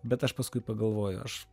bet aš paskui pagalvojau aš